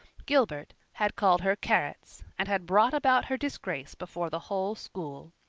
gilbert had called her carrots and had brought about her disgrace before the whole school.